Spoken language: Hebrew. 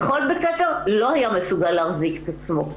וכל בית ספר לא היה מסוגל להחזיק את עצמו,